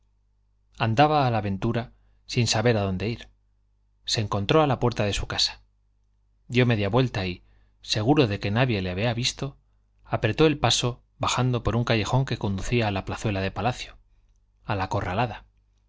andaba a la ventura sin saber a dónde ir se encontró a la puerta de su casa dio media vuelta y seguro de que nadie le había visto apretó el paso bajando por un callejón que conducía a la plazuela de palacio a la corralada